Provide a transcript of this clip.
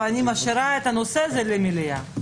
ואני משאירה את הנושא הזה למליאה.